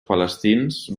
palestins